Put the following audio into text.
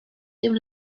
dem